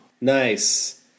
Nice